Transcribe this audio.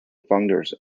founders